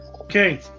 Okay